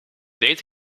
deze